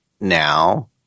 now